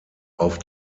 auf